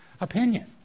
opinion